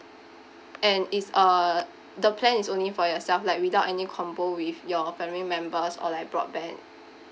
and it's uh the plan is only for yourself like without any combo with your family members or like broadband